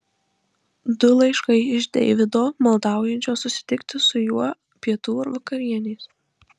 du laiškai iš deivido maldaujančio susitikti su juo pietų ar vakarienės